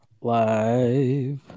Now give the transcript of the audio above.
Live